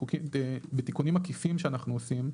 בתיקונים עקיפים שאנחנו עושים,